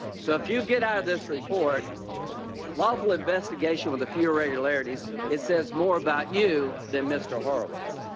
so if you get out of this report lawful investigation with a few irregularities it says more about you than mr. horowitz.